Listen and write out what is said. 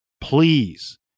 please